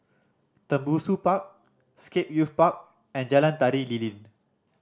Tembusu Park Scape Youth Park and Jalan Tari Lilin